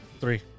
three